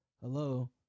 hello